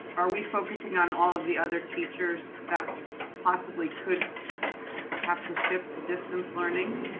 are we focusing on all of the other teachers that possibly could have to shift to distance learning?